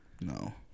No